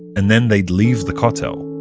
and then they'd leave the kotel,